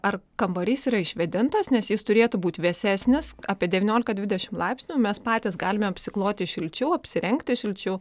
ar kambarys yra išvėdintas nes jis turėtų būt vėsesnis apie devyniolika dvidešim laipsnių mes patys galime apsikloti šilčiau apsirengti šilčiau